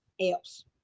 else